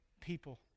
people